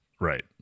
right